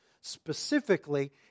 Specifically